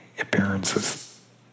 appearances